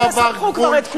תספחו כבר את כולן.